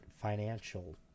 financial